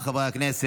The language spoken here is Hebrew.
להצבעה, חברי הכנסת.